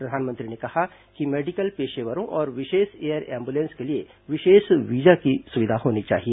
प्रधानमंत्री ने कहा कि मेडिकल पेशेवरों और विशेष एयर एंबुलेंस के लिए विशेष वीजा की सुविधा होनी चाहिए